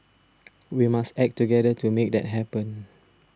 we must act together to make that happen